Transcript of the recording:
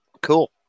cool